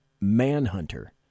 Manhunter